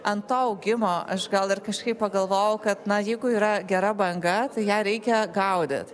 ant to augimo aš gal ir kažkaip pagalvojau kad na jeigu yra gera banga tai ją reikia gaudyt